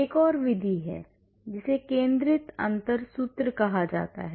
एक और विधि है जिसे केंद्रित अंतर सूत्र कहा जाता है